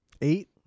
Eight